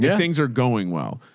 yeah things are going well.